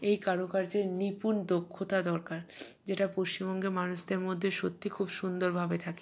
এই কারুকার্যে নিপুণ দক্ষতা দরকার যেটা পশ্চিমবঙ্গের মানুষদের মধ্যে সত্যি খুব সুন্দরভাবে থাকে